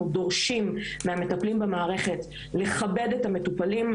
דורשים מהמטפלים במערכת לכבד את המטופלים,